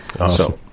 Awesome